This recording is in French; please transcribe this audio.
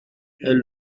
elle